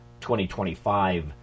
2025